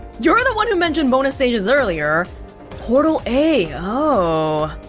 you're the one who mentioned bonus stages earlier portal a, oh.